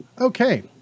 Okay